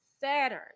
Saturn